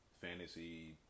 fantasy